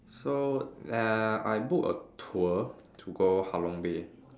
so uh I booked a tour to go Ha Long Bay